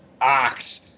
ox